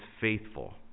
faithful